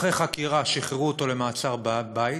אחרי חקירה שחררו אותו למעצר בית,